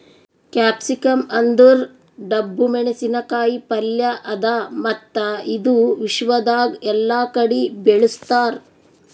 capsicum ಅಂದುರ್ ಡಬ್ಬು ಮೆಣಸಿನ ಕಾಯಿ ಪಲ್ಯ ಅದಾ ಮತ್ತ ಇದು ವಿಶ್ವದಾಗ್ ಎಲ್ಲಾ ಕಡಿ ಬೆಳುಸ್ತಾರ್